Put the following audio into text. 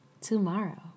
tomorrow